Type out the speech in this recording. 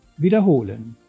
wiederholen